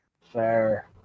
Fair